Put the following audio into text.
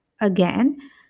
again